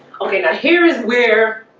okay now here is where